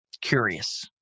curious